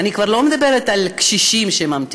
אני כבר לא מדברת על קשישים שממתינים,